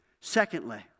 Secondly